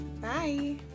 Bye